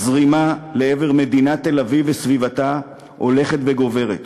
הזרימה לעבר מדינת תל-אביב וסביבתה הולכת וגוברת.